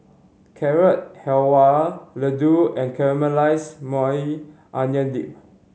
Carrot Halwa Ladoo and Caramelized Maui Onion Dip